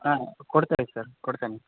ಹಾಂ ಕೊಡ್ತಾರೆ ಸರ್ ಕೊಡ್ತೀನಿ